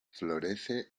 florece